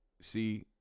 See